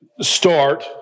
start